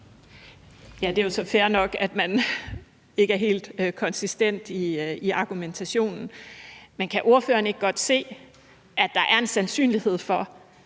Det er jo så fair nok, at man ikke er helt konsistent i argumentationen. Men kan ordføreren ikke godt se, at der er en sandsynlighed for,